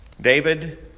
David